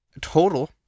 Total